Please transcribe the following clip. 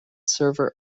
server